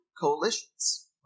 coalitions